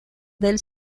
del